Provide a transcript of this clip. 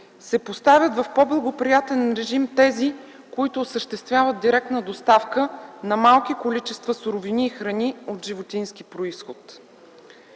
се поставят в по-благоприятен режим тези, които осъществяват директна доставка на малки количества суровини и храни от животински произход.